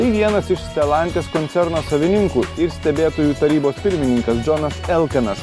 tai vienas iš olandijos koncerno savininkų ir stebėtojų tarybos pirmininkas džonas elkanas